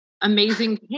amazing